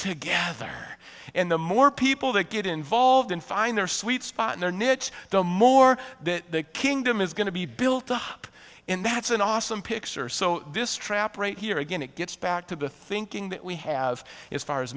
together and the more people that get involved and find their sweet spot in their niche the more that the kingdom is going to be built up in that's an awesome picture so this trap right here again it gets back to the thinking that we have is far as